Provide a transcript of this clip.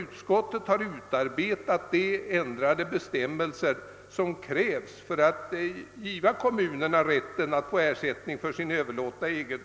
Utskottet har utarbetat förslag till sådana ändringar i bestämmelserna som krävs för att ge kommunerna rätt till ersättning för egendom som överlåtes till staten.